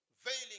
veiling